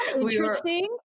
Interesting